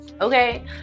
okay